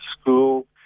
school